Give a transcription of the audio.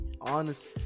Honest